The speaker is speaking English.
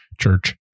church